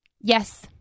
yes